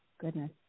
goodness